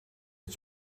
het